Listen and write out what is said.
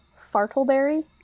Fartleberry